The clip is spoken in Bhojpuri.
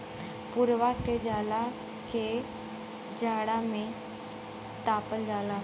पुवरा के जला के जाड़ा में तापल जाला